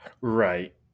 Right